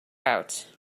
out